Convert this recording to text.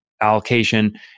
allocation